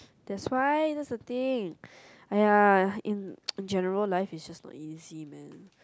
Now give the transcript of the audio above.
that's why that's the thing !aiya! in in general life is just not easy man